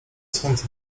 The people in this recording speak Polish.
słońce